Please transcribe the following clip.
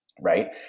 Right